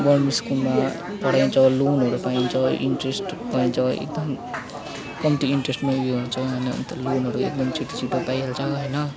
government स्कुलमा पढाइन्छ लोनहरू पाइन्छ इन्ट्रेस्ट पाइन्छ एकदम कम्ती इन्ट्रेस्टमा यो हुन्छ अन्त लोनहरू एक्दम छिट्छिटो पाइहाल्छ होइन